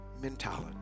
mentality